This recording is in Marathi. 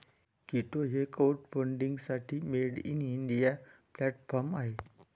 कीटो हे क्राउडफंडिंगसाठी मेड इन इंडिया प्लॅटफॉर्म आहे